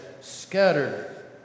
scattered